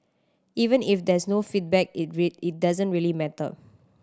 even if there's no feedback it read it doesn't really matter